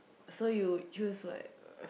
so you choose what uh